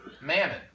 mammon